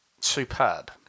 superb